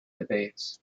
debates